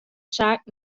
saak